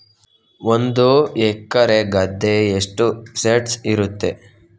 ಒಂದು ಎಕರೆ ಗದ್ದೆ ಎಷ್ಟು ಸೆಂಟ್ಸ್ ಇರುತ್ತದೆ?